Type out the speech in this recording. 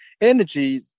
energy